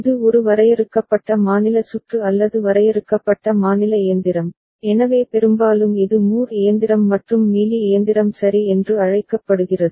இது ஒரு வரையறுக்கப்பட்ட மாநில சுற்று அல்லது வரையறுக்கப்பட்ட மாநில இயந்திரம் எனவே பெரும்பாலும் இது மூர் இயந்திரம் மற்றும் மீலி இயந்திரம் சரி என்று அழைக்கப்படுகிறது